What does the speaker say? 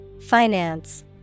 Finance